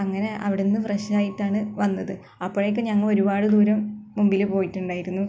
അങ്ങനെ അവിടെനിന്ന് ഫ്രഷ് ആയിട്ടാണ് വന്നത് അപ്പോഴേക്കും ഞങ്ങൾ ഒരുപാട് ദൂരം മുമ്പിൽ പോയിട്ടുണ്ടായിരുന്നു